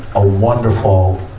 a wonderful, ah,